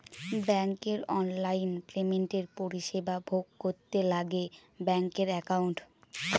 ব্যাঙ্কের অনলাইন পেমেন্টের পরিষেবা ভোগ করতে লাগে ব্যাঙ্কের একাউন্ট